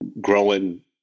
growing